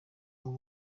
ubu